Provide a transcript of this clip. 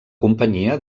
companyia